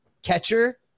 catcher